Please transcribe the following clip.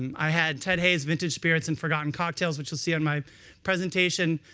i had ted haigh's vintage spirits and forgotten cocktails, which you'll see in my presentation.